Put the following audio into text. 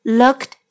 looked